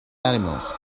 animals